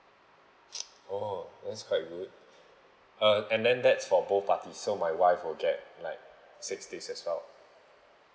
oh that's quite good uh and then that's for both parties so my wife will get like six days as well